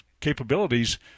capabilities